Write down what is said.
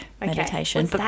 meditation